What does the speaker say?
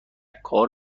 کار